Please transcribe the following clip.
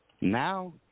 Now